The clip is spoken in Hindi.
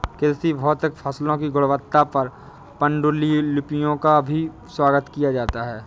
कृषि भौतिकी फसलों की गुणवत्ता पर पाण्डुलिपियों का भी स्वागत किया जाता है